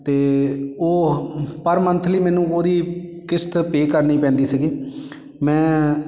ਅਤੇ ਉਹ ਪਰ ਮੰਥਲੀ ਮੈਨੂੰ ਉਹਦੀ ਕਿਸ਼ਤ ਪੇ ਕਰਨੀ ਪੈਂਦੀ ਸੀਗੀ ਮੈਂ